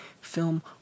film